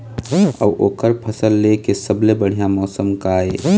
अऊ ओकर फसल लेय के सबसे बढ़िया मौसम का ये?